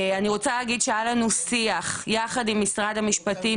אני רוצה להגיד שהיה לנו שיח יחד עם משרד המשפטים,